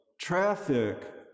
traffic